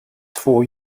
två